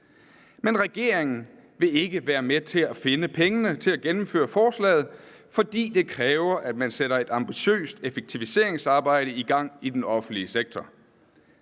Men regeringen vil ikke være med til at finde pengene til at gennemføre forslaget, fordi det kræver, at man sætter et ambitiøst effektiviseringsarbejde i gang i den offentlige sektor.